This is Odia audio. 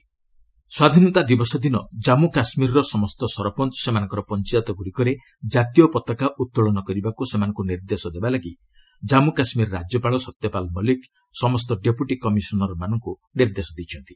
ଜେକେ ଟ୍ରିକଲର୍ ସ୍ୱାଧୀନତା ଦିବସ ଦିନ ଜନ୍ମୁ କାଶ୍ମୀରର ସମସ୍ତ ସରପଞ୍ଚ ସେମାନଙ୍କର ପଞ୍ଚାୟତଗୁଡ଼ିକରେ କାତୀୟ ପତାକା ଉତ୍ତୋଳନ କରିବାକୁ ସେମାନଙ୍କୁ ନିର୍ଦ୍ଦେଶ ଦେବାଲାଗି ଜନ୍ମୁ କାଶ୍ମୀର ରାଜ୍ୟପାଳ ସତ୍ୟପାଲ ମଲିକ୍ ସମସ୍ତ ଡେପୁଟି କମିଶନର୍ମାନଙ୍କୁ ନିର୍ଦ୍ଦେଶ ଦେଇଛନ୍ତି